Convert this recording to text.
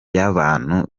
by’abantu